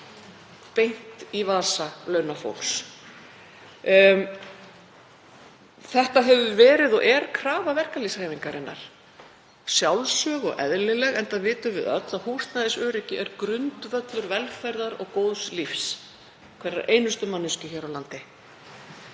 beint í vasa launafólks. Þetta hefur verið og er krafa verkalýðshreyfingarinnar, sjálfsögð og eðlileg, enda vitum við öll að húsnæðisöryggi er grundvöllur velferðar og góðs lífs hverrar einustu manneskju hér á landi.